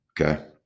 Okay